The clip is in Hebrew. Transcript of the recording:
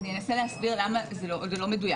אז אני אנסה להסביר למה זה לא מדויק.